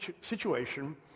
situation